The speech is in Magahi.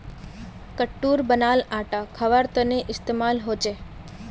कुट्टूर बनाल आटा खवार तने इस्तेमाल होचे